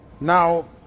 now